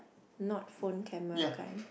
not phone camera kinds